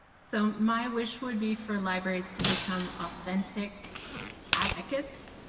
so my wish would be for libraries to become authentic advocates